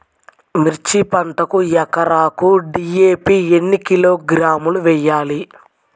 మిర్చి పంటకు ఎకరాకు డీ.ఏ.పీ ఎన్ని కిలోగ్రాములు వేయాలి?